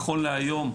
נכון להיום,